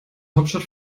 hauptstadt